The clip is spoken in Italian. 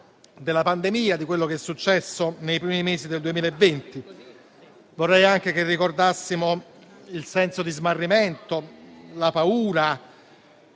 della pandemia, di quello che è successo nei primi mesi del 2020. Vorrei anche che ricordassimo il senso di smarrimento, la paura